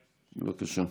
בבקשה.